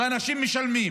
ואנשים משלמים